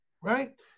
Right